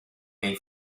nei